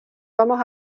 vamos